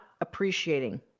appreciating